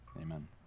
Amen